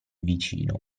vicino